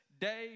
day